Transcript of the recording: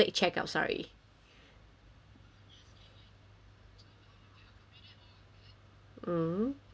mm